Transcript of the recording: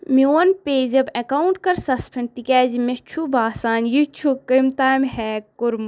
میون PayZapp account کَر suspend تِکیازِ مےٚ چھُ باسان یہِ چھُ کٔمۍ تام ہیک کوٚرمُت